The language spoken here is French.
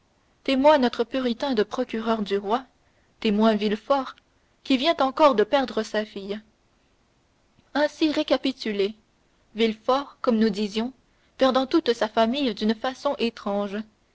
notre puritain de procureur du roi témoin villefort qui vient encore de perdre sa fille ainsi récapitulez villefort comme nous disions perdant toute sa famille d'une façon étrange